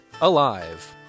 alive